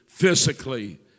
physically